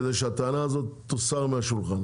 כדי שהטענה הזאת תוסר מהשולחן.